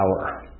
power